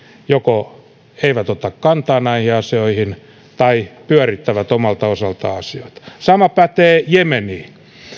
joko eivät ota kantaa näihin asioihin tai pyörittävät omalta osaltaan asioita sama pätee jemeniin